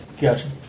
Gotcha